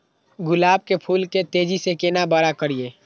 गुलाब के फूल के तेजी से केना बड़ा करिए?